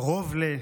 קרוב ל-,